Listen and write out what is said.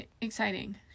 exciting